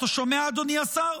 אתה שומע, אדוני השר?